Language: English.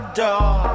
door